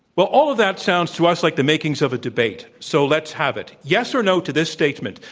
well, all of that sounds to us like the makings of a debate, so let's have it. yes or no to this statement,